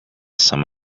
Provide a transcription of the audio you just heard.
some